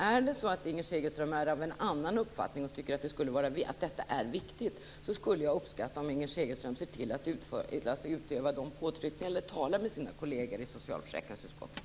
Är det så att Inger Segelström är av en annan uppfattning och tycker att detta är viktigt, skulle jag uppskatta om Inger Segelström ser till att utöva påtryckningar eller tala med sina kolleger i socialförsäkringsutskottet.